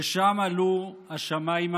ושם עלו השמיימה,